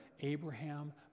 abraham